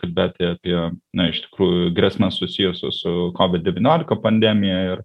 kalbėti apie na iš tikrųjų grėsmes susijusias su kovid devyniolika pandemija ir